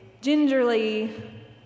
gingerly